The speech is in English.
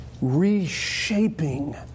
reshaping